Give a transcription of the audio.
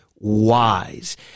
wise